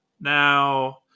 Now